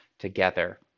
together